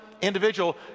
individual